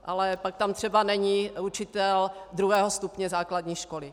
Ale pak tam třeba není učitel druhého stupně základní školy.